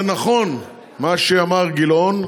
זה נכון מה שאמר גילאון,